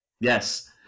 Yes